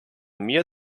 mir